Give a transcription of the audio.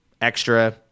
extra